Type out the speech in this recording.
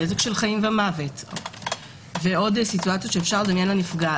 של חיים ומוות ועוד מצבים שאפשר לדמיין לנפגע,